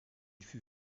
fut